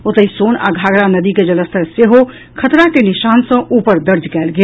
ओतहि सोन आ घाघरा नदी के जलस्तर सेहो खतरा के निशान सॅ ऊपर दर्ज कयल गेल